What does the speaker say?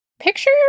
Picture